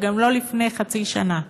וגם לא לפני חצי שנה.